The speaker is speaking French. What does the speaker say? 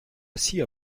assis